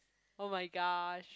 oh-my-gosh